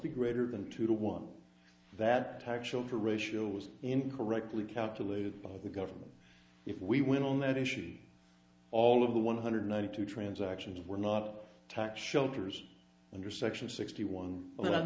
be greater than two to one that actual for ratio was incorrectly calculated by the government if we went on that issue all of the one hundred ninety two transactions were not tax shelters under section sixty one